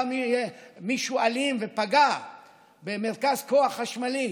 בא מישהו אלים ופגע במרכז כוח חשמלי,